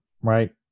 right